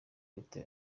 leta